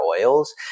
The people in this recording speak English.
oils